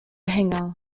hangar